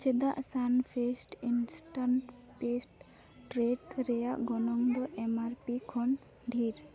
ᱪᱮᱫᱟᱜ Sunfeast instant pasta treat ᱨᱮᱭᱟᱜ ᱜᱚᱱᱚᱝ ᱫᱚ ᱮᱢ ᱟᱨ ᱯᱤ ᱠᱷᱚᱱ ᱰᱷᱮᱨ